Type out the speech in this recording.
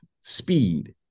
speed